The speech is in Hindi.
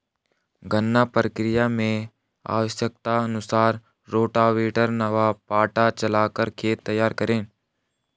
गन्ना प्रक्रिया मैं आवश्यकता अनुसार रोटावेटर व पाटा चलाकर खेत तैयार करें